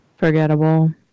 forgettable